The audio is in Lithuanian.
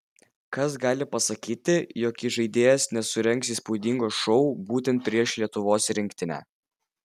kas gali pasakyti jog įžaidėjas nesurengs įspūdingo šou būtent prieš lietuvos rinktinę